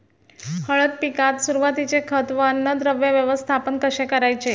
हळद पिकात सुरुवातीचे खत व अन्नद्रव्य व्यवस्थापन कसे करायचे?